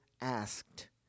asked